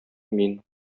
мин